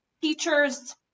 teachers